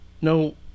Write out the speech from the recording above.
no